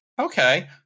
Okay